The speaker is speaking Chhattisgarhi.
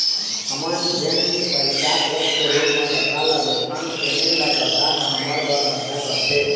हमन जेन पइसा टेक्स के रूप म सरकार ल देथन तेने ल सरकार ह हमर बर खरचा करथे